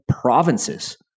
provinces